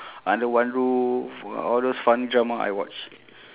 under one roof all those funny drama I watch